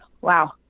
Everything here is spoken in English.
wow